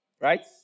Right